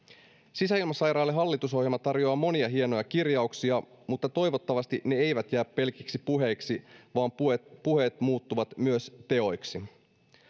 sisäilmasairaille hallitusohjelma tarjoaa monia hienoja kirjauksia mutta toivottavasti ne eivät jää pelkiksi puheiksi vaan puheet puheet muuttuvat myös teoiksi